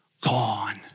gone